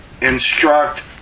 instruct